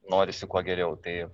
norisi kuo geriau tai